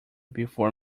before